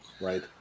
right